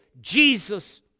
Jesus